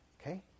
Okay